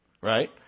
right